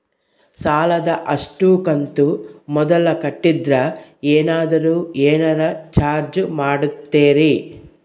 ಸಾಲದ ಅಷ್ಟು ಕಂತು ಮೊದಲ ಕಟ್ಟಿದ್ರ ಏನಾದರೂ ಏನರ ಚಾರ್ಜ್ ಮಾಡುತ್ತೇರಿ?